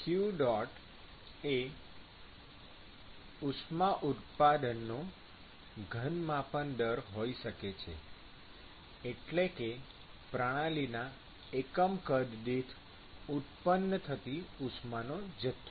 q એ ઉષ્મા ઉત્પાદનનો ઘનમાપન દર હોઈ શકે છે એટલે કે પ્રણાલીના એકમ કદ દીઠ ઉત્પન્ન થતી ઉષ્માનો જથ્થો